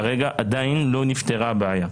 כרגע עדיין לא נפתרה הבעיה.